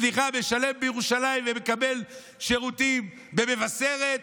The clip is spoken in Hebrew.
סליחה, משלם בירושלים ומקבל שירותים במבשרת.